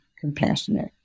compassionate